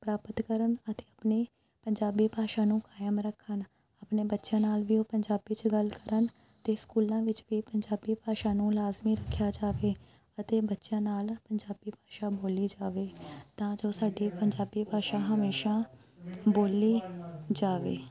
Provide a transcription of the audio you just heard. ਪ੍ਰਾਪਤ ਕਰਨ ਅਤੇ ਆਪਣੀ ਪੰਜਾਬੀ ਭਾਸ਼ਾ ਨੂੰ ਕਾਇਮ ਰੱਖਣ ਆਪਣੇ ਬੱਚਿਆਂ ਨਾਲ ਵੀ ਉਹ ਪੰਜਾਬੀ 'ਚ ਗੱਲ ਕਰਨ ਅਤੇ ਸਕੂਲਾਂ ਵਿੱਚ ਵੀ ਪੰਜਾਬੀ ਭਾਸ਼ਾ ਨੂੰ ਲਾਜ਼ਮੀ ਰੱਖਿਆ ਜਾਵੇ ਅਤੇ ਬੱਚਿਆਂ ਨਾਲ ਪੰਜਾਬੀ ਭਾਸ਼ਾ ਬੋਲੀ ਜਾਵੇ ਤਾਂ ਜੋ ਸਾਡੀ ਪੰਜਾਬੀ ਭਾਸ਼ਾ ਹਮੇਸ਼ਾ ਬੋਲੀ ਜਾਵੇ